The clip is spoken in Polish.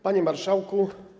Panie Marszałku!